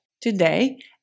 Today